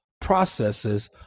processes